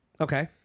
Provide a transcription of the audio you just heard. Okay